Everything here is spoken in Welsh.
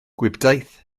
gwibdaith